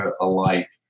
alike